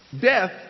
death